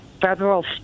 federal